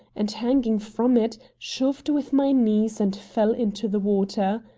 and, hanging from it, shoved with my knees and fell into the water.